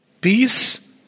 peace